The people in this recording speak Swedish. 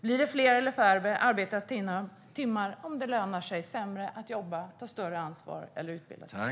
Blir det fler eller färre arbetade timmar om det lönar sig sämre att jobba, ta större ansvar eller utbilda sig?